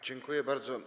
Dziękuję bardzo.